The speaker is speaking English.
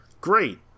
great